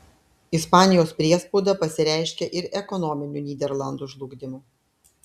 ispanijos priespauda pasireiškė ir ekonominiu nyderlandų žlugdymu